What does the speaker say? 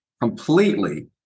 completely